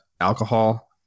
alcohol